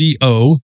co